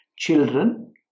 Children